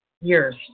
years